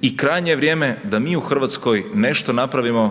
i krajnje je vrijeme da mi u Hrvatskoj nešto napravimo